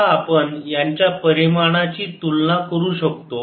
आता आपण यांच्या परिमाणाची तुलना करू शकतो